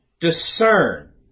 Discern